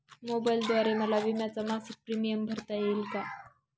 मोबाईलद्वारे मला विम्याचा मासिक प्रीमियम भरता येईल का?